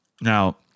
now